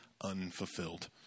unfulfilled